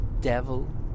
devil